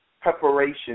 preparation